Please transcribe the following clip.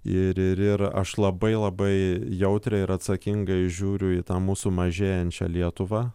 ir ir ir aš labai labai jautriai ir atsakingai žiūriu į tą mūsų mažėjančią lietuvą